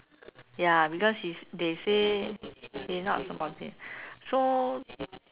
ya because is they say they not supporting so